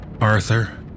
Arthur